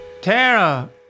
Tara